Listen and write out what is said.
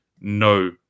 no